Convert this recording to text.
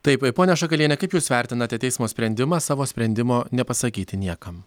taip ponia šakaliene kaip jūs vertinate teismo sprendimą savo sprendimo nepasakyti niekam